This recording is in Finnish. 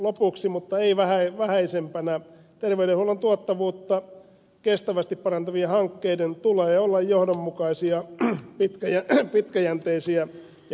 lopuksi mutta ei vähäisimpänä terveydenhuollon tuottavuutta kestävästi parantavien hankkeiden tulee olla johdonmukaisia pitkäjänteisiä ja keskenään ristiriidattomia